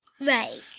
Right